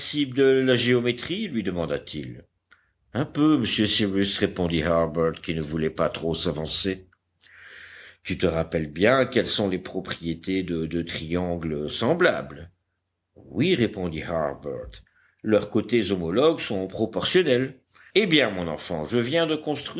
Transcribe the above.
de la géométrie lui demanda til un peu monsieur cyrus répondit harbert qui ne voulait pas trop s'avancer tu te rappelles bien quelles sont les propriétés de deux triangles semblables oui répondit harbert leurs côtés homologues sont proportionnels eh bien mon enfant je viens de